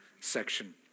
section